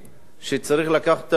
שצריך להביא אותה בחשבון